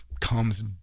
comes